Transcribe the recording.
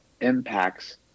impacts